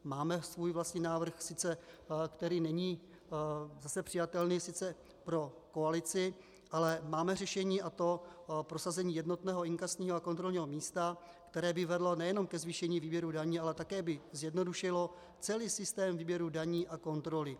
Máme svůj vlastní návrh, který sice není přijatelný pro koalici, ale máme řešení, a to prosazení jednotného inkasního a kontrolního místa, které by vedlo nejenom ke zvýšení výběru daní, ale také by zjednodušilo celý systém výběru daní a kontroly.